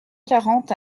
quarante